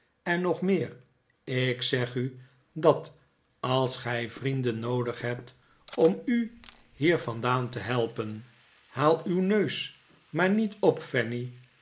en nog meer ik zeg u dat gij vrienden noodig hebt om u hier vandaan te helpen haal uw neus maar niet op fanny